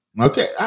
Okay